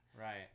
Right